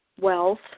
wealth